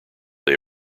they